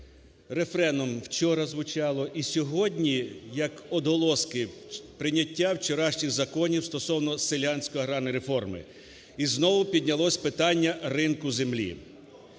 рефреном вчора звучало і сьогодні як отголоски прийняття вчорашніх законів стосовно селянської аграрної реформи. і знову піднялося питання ринку землі.